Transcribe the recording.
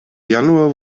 januar